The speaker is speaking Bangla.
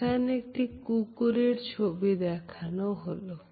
এখানে একটি কুকুরের ছবি দেখানো হলো